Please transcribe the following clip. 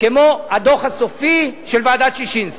כמו הדוח הסופי של ועדת-ששינסקי.